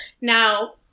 now